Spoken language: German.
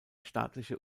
staatliche